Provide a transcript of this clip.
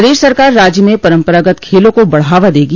प्रदेश सरकार राज्य में परम्परागत खेलों को बढ़ावा देगी